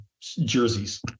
jerseys